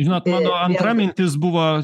žinot mano antra mintis buvo